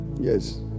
yes